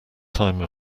time